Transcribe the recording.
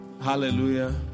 Hallelujah